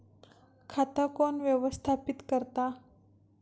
खाता कोण व्यवस्थापित करता?